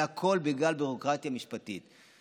והכול בגלל ביורוקרטיה משפטית.